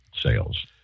sales